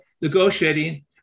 Negotiating